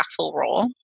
role